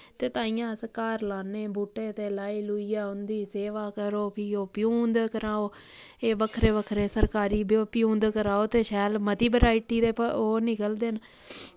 ते तांइयैं अस घर लाने बूह्टे ते लाई लुइयै उं'दी सेवा करो फ्ही ओह् प्यूंद कराओ एह् बक्खरे बक्खरे सरकारी प्यूंद कराओ ते शैल मती बराइटी दे ओह् निकलदे न